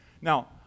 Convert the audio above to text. Now